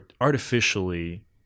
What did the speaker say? artificially